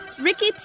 Ricky